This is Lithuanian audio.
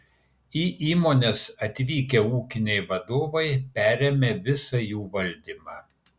į įmones atvykę ūkiniai vadovai perėmė visą jų valdymą